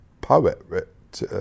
poet